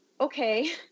okay